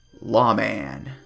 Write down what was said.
Lawman